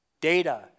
data